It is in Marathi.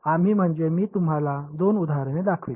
तर आम्ही म्हणजे मी तुम्हाला दोन उदाहरणे दाखवीन